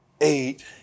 eight